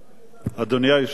אדוני היושב-ראש,